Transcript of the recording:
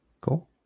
cool